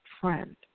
friend